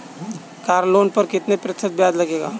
Car loan पर कितने प्रतिशत ब्याज लगेगा?